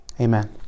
Amen